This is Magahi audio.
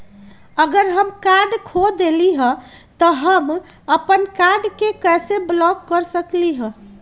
अगर हम अपन कार्ड खो देली ह त हम अपन कार्ड के कैसे ब्लॉक कर सकली ह?